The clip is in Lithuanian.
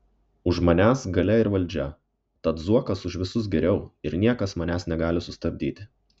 už manęs galia ir valdžia tad zuokas už visus geriau ir niekas manęs negali sustabdyti